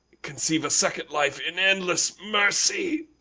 conceive a second life in endless mercy!